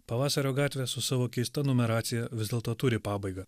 pavasario gatvės su savo keista numeracija vis dėlto turi pabaigą